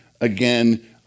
again